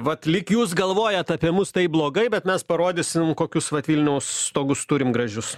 vat lyg jūs galvojat apie mus taip blogai bet mes parodysim kokius vat vilniaus stogus turim gražius